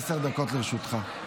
עשר דקות לרשותך.